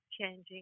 changing